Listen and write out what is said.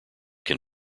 can